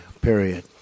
period